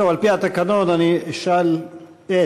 על-פי התקנון אני אשאל את